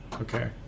Okay